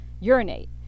Urinate